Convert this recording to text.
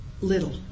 little